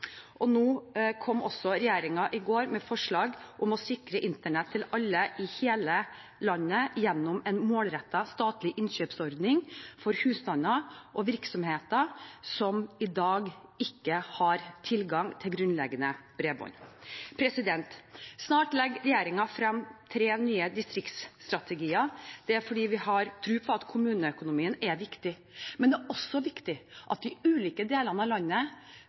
i går kom også regjeringen med forslag om å sikre internett til alle i hele landet gjennom en målrettet statlig innkjøpsordning for husstander og virksomheter som i dag ikke har tilgang til grunnleggende bredbånd. Snart legger regjeringen frem tre nye distriktsstrategier. Det er fordi vi har tro på at kommuneøkonomien er viktig, men det er også viktig at de ulike delene av landet